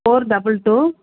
four double two